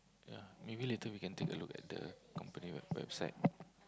ya maybe later we can take a look at the company web website